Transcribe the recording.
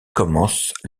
commencent